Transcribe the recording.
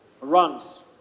runs